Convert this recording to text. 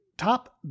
Top